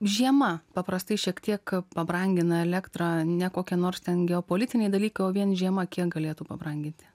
žiema paprastai šiek tiek pabrangina elektrą ne kokie nors ten geopolitiniai dalykai o vien žiema kiek galėtų pabranginti